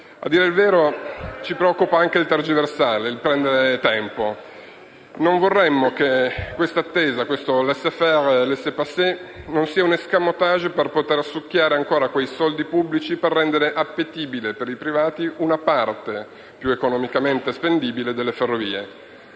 A dire il vero, ci preoccupa anche il tergiversare, il prendere tempo. Non vorremmo che questa attesa, questo *laissez faire, laissez passer*, non sia un *escamotage* per poter succhiare ancora quei soldi pubblici e per rendere appetibile per i privati una parte, più economicamente spendibile, delle Ferrovie